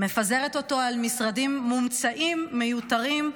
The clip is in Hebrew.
מפזרת אותו על משרדים מומצאים, מיותרים,